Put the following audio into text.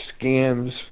scams